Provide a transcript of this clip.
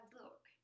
look